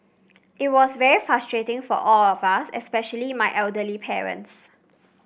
it was very frustrating for all of us especially my elderly parents